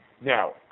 now